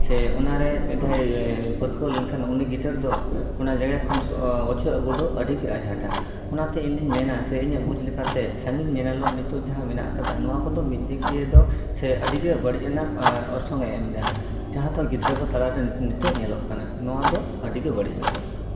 ᱥᱮ ᱚᱱᱟᱨᱮ ᱢᱤᱫ ᱫᱷᱟᱣ ᱯᱟᱹᱨᱠᱟᱹᱣ ᱞᱮᱱᱠᱷᱟᱱ ᱩᱱᱤ ᱜᱤᱫᱟᱹᱨ ᱫᱚ ᱚᱱᱟ ᱡᱟᱭᱜᱟ ᱠᱷᱚᱱ ᱚᱪᱚᱜ ᱟᱹᱜᱩ ᱫᱚ ᱟᱹᱰᱤᱜᱮ ᱟᱡᱷᱟᱴᱼᱟ ᱚᱱᱟᱛᱮ ᱤᱧᱫᱩᱧ ᱢᱮᱱᱟ ᱥᱮ ᱤᱧᱟᱹᱜ ᱵᱩᱡᱽ ᱞᱮᱠᱟᱛᱮ ᱥᱟᱹᱜᱤᱧ ᱧᱮᱱᱮᱞᱚᱢ ᱱᱤᱛᱚᱜ ᱡᱟᱦᱟᱸ ᱢᱮᱱᱟᱜ ᱠᱟᱫᱟ ᱱᱚᱣᱟ ᱠᱚᱫᱚ ᱢᱤᱫ ᱫᱤᱠ ᱫᱤᱭᱮ ᱫᱚ ᱥᱮ ᱟᱹᱰᱤᱜᱮ ᱵᱟᱹᱲᱤᱡ ᱟᱱᱟᱜ ᱚᱨᱥᱚᱝ ᱮ ᱮᱢ ᱫᱟ ᱡᱟᱦᱟᱸ ᱫᱚ ᱜᱤᱫᱽᱨᱟᱹ ᱠᱚ ᱛᱟᱞᱟᱨᱮ ᱱᱤᱛᱚᱜ ᱧᱮᱞᱚᱜ ᱠᱟᱱᱟ ᱱᱚᱣᱟ ᱫᱚ ᱟᱹᱰᱤᱜᱮ ᱵᱟᱹᱲᱤᱡ ᱟᱱᱟ